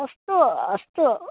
अस्तु अस्तु